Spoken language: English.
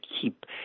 keep